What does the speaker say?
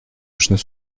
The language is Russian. южный